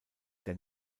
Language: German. der